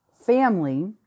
family